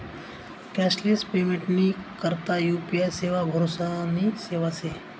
cashless पेमेंटनी करता UPI सेवा भरोसानी सेवा शे